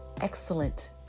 excellent